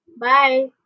bye